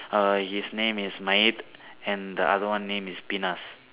err his name is Mayet and the other one name is Pinas